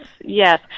yes